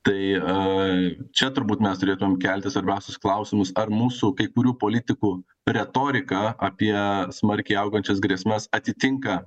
tai a čia turbūt mes turėtumėm kelti svarbiausius klausimus ar mūsų kai kurių politikų retorika apie smarkiai augančias grėsmes atitinka